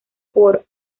por